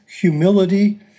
humility